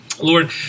Lord